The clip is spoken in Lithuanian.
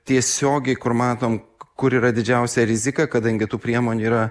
tiesiogiai kur matom kur yra didžiausia rizika kadangi tų priemonių yra